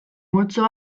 multzo